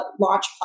launch